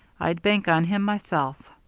i'd bank on him myself.